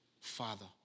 Father